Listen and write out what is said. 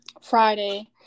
Friday